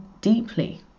deeply